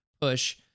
push